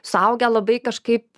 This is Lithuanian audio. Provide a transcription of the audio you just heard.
suaugę labai kažkaip